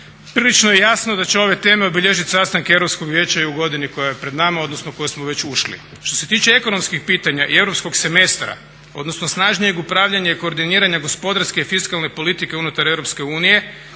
Prilično je jasno da će ove teme obilježiti sastanke Europskog vijeća i u godini koja je pred nama odnosno u koju smo već ušli. Što se tiče ekonomskih pitanja i Europskog semestra odnosno snažnijeg upravljanja i koordiniranja gospodarske i fiskalne politike unutar EU, najviše